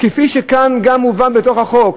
כפי שכאן גם מובן בתוך החוק,